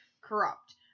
corrupt